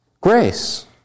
grace